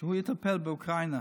שהוא יטפל באוקראינה.